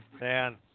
man